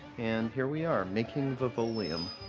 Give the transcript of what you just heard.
and here we are making vivoleum.